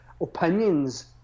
opinions